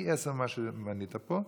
פי עשרה ממה שמנית פה,